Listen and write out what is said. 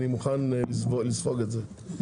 אני מוכן לספוג את זה.